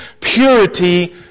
purity